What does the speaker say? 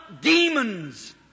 demons